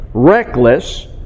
reckless